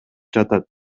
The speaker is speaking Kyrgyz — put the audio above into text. жатат